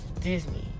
Disney